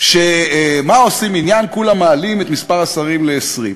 מה עושים עניין, כולה מעלים את מספר השרים ל-20.